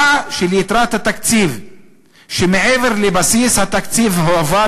של יתרת התקציב שמעבר לבסיס התקציב הועבר